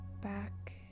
back